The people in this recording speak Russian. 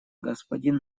господин